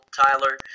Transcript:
Tyler